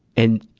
and,